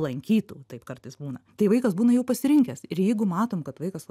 lankytų taip kartais būna tai vaikas būna jau pasirinkęs ir jeigu matom kad vaikas